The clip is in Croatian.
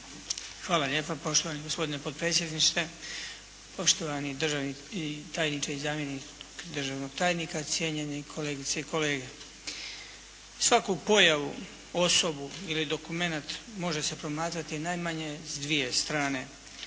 Hvala lijepa poštovani gospodine potpredsjedniče, poštovani tajniče i zamjenik državnog tajnika, cijenjeni kolegice i kolege. Svaku pojavu, osobu ili dokumenat može se promatrati najmanje s dvije strane,